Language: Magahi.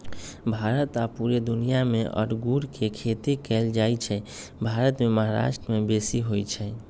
भारत आऽ पुरे दुनियाँ मे अङगुर के खेती कएल जाइ छइ भारत मे महाराष्ट्र में बेशी होई छै